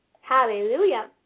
Hallelujah